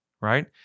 right